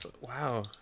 Wow